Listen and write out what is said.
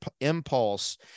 impulse